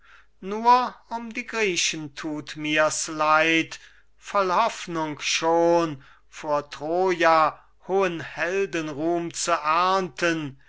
nur um die griechen thut mir's leid voll hoffnung schon vor troja hohen heldenruhm zu ernten